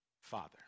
father